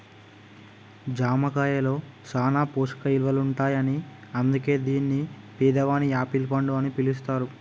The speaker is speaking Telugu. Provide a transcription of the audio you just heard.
జామ కాయలో సాన పోషక ఇలువలుంటాయని అందుకే దీన్ని పేదవాని యాపిల్ పండు అని పిలుస్తారు